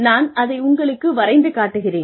நான் அதை உங்களுக்கு வரைந்து காட்டுகிறேன்